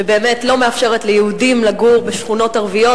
שבאמת לא מאפשרת ליהודים לגור בשכונות ערביות,